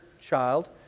child